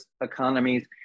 economies